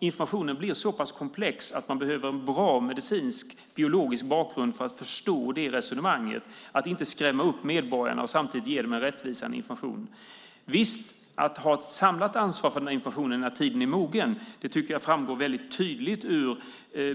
Informationen blir så pass komplex att man behöver en bra medicinsk eller biologisk bakgrund för att förstå resonemanget, för att inte skrämma upp medborgarna men samtidigt ge dem en rättvisande information. Visst ska man ha ett samlat ansvar för den här informationen när tiden är mogen. Det tycker jag framgår väldigt tydligt av